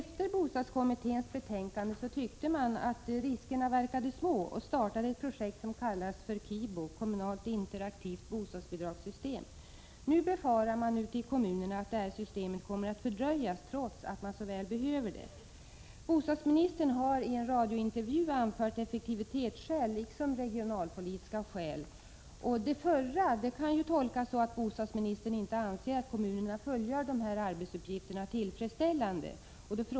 När bostadskommitténs betänkande hade lagts fram tyckte man att riskerna verkade små och startade ett projekt som kallas KIBO, kommunalt interaktivt bostadsbidragssystem. Nu befarar man ute i kommunerna att det här systemet kommer att fördröjas, trots att man så väl behöver det. Bostadsministern har i en radiointervju anfört effektivitetsskäl liksom regionalpolitiska skäl. Det förra skälet kan tolkas så, att bostadsministern inte anser att kommunerna fullgör de här arbetsuppgifterna på ett tillfredsställande sätt.